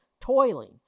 toiling